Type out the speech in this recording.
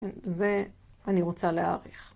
זה אני רוצה להאריך.